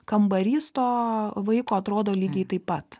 kambarys tooo vaiko atrodo lygiai taip pat